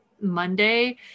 monday